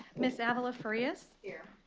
ms. ah avila farias. yes.